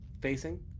facing